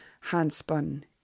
hand-spun